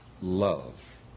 love